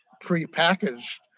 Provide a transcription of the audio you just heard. pre-packaged